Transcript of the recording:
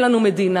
אין לנו מדינה,